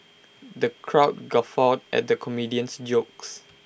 the crowd guffawed at the comedian's jokes